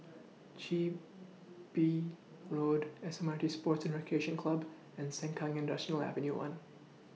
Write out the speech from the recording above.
Chin Bee Road S M R T Sports Recreation Club and Sengkang Industrial Avenue one